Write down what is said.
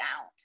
out